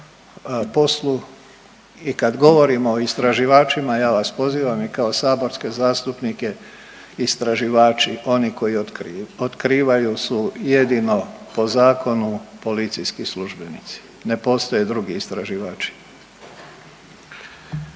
i kad govorimo o istraživačima ja vas pozivam i kao saborske zastupnike istraživači oni koji otkriju, otkrivaju su jedino po zakonu policijski službenici, ne postoje drugi istraživači.